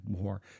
more